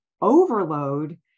overload